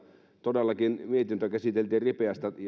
todellakin mietintö käsiteltiin ripeästi